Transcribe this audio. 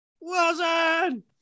wilson